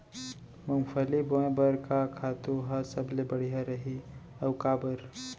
मूंगफली बोए बर का खातू ह सबले बढ़िया रही, अऊ काबर?